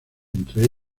entre